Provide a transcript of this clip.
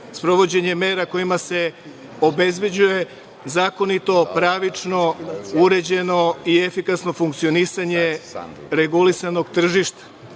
sprovođenje mera kojima se obezbeđuje zakonito, pravično, uređeno i efikasno funkcionisanje regulisanog tržišta. Suština